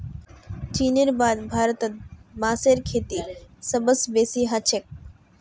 चीनेर बाद भारतत बांसेर खेती सबस बेसी ह छेक